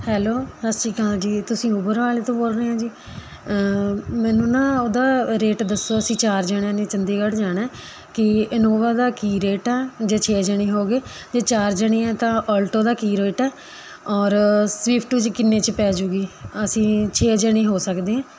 hello ਸਤਿ ਸ਼੍ਰੀ ਅਕਾਲ ਜੀ ਤੁਸੀਂ ਓਬਰ ਵਾਲ਼ੇ ਤੋਂ ਬੋਲ ਰਹੇ ਹੋ ਜੀ ਮੈਨੂੰ ਨਾ ਉਹਦਾ ਰੇਟ ਦੱਸੋ ਅਸੀਂ ਚਾਰ ਜਣਿਆਂ ਨੇ ਚੰਡੀਗੜ੍ਹ ਜਾਣਾ ਕਿ ਇਨੋਵਾ ਦਾ ਕੀ ਰੇਟ ਆ ਜੇ ਛੇ ਜਣੇ ਹੋ ਗਏ ਅਤੇ ਚਾਰ ਜਣੇ ਹਾਂ ਤਾਂ ਆਲਟੋ ਦਾ ਕੀ ਰੇਟ ਆ ਔਰ ਸਵਿਫਟਜ ਕਿੰਨੇ 'ਚ ਪੈ ਜੂਗੀ ਅਸੀਂ ਛੇ ਜਣੇ ਹੋ ਸਕਦੇ ਹਾਂ